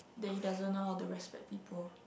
that he doesn't know how to respect people